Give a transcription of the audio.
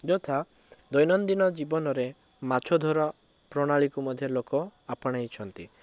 ଯଥା ଦୈନନ୍ଦୀନ ଜୀବନରେ ମାଛ ଧରା ପ୍ରଣାଳୀକୁ ମଧ୍ୟ ଲୋକ ଆପଣେଇଛନ୍ତି